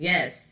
Yes